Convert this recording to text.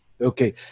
Okay